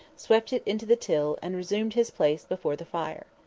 swept it into the till, and resumed his place before the fire.